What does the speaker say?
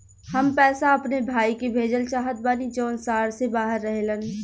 हम पैसा अपने भाई के भेजल चाहत बानी जौन शहर से बाहर रहेलन